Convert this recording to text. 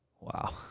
Wow